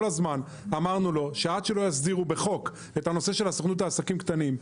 כל הזמן אמרנו לו: עד שלא לא יסדירו בחוק את נושא הסוכנות לעסקים קטנים,